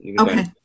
Okay